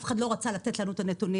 אף אחד לא רצה לתת לנו את הנתונים,